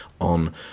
on